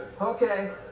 Okay